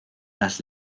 las